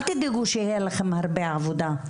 אל תדאגו שתהיה לכם הרבה עבודה.